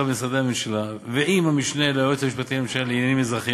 במשרדי הממשלה ועם המשנה ליועץ המשפטי לממשלה לעניינים אזרחיים